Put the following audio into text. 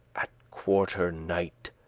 at quarter night,